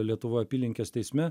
lietuvoj apylinkės teisme